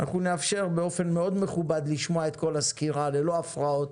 אנחנו נאפשר באופן מאוד מכובד לשמוע את כל הסקירה ללא הפרעות,